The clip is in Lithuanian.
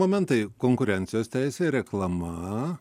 momentai konkurencijos teisė reklama